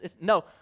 No